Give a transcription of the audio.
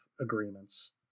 agreements